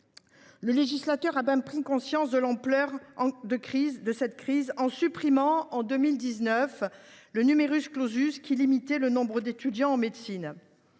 Le législateur a bien pris conscience de l’ampleur de cette crise en supprimant, en 2019, le qui limitait le nombre d’étudiants en médecine.